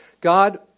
God